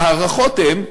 ההערכות הן,